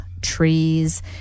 trees